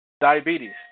Diabetes